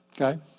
Okay